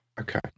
okay